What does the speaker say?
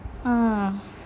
oh